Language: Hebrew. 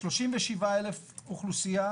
37,000 אוכלוסייה,